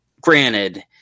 granted